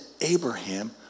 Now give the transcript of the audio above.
Abraham